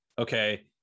okay